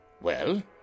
Well